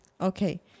Okay